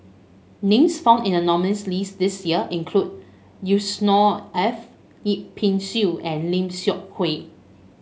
names found in the nominees' list this year include Yusnor Ef Yip Pin Xiu and Lim Seok Hui